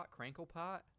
Cranklepot